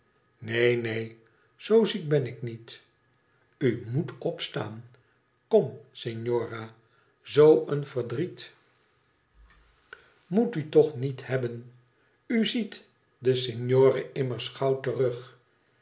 neen neen zoo ziek ben ik niet u moet opstaan kom signora zoo een verdriet moet u toch niet hebben u ziet den signore immers gauw terug